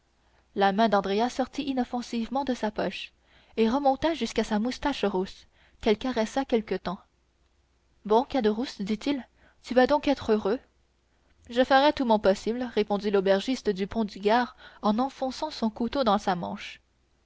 la main d'andrea sortit inoffensive de sa poche et remonta jusqu'à sa moustache rousse qu'elle caressa quelque temps bon caderousse dit-il tu vas donc être heureux je ferai tout mon possible répondit l'aubergiste du pont du gard en renfonçant son couteau dans sa manche